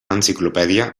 enciclopèdia